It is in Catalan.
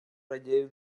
relleu